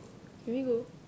can we go